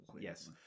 Yes